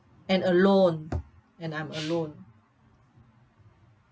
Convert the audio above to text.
and alone and I'm alone